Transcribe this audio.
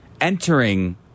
entering